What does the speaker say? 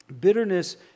bitterness